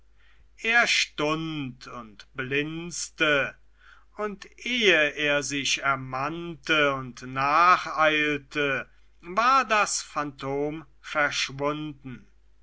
er stund und blinzte und ehe er sich ermannte und nacheilte war das phantom verschwunden